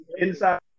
inside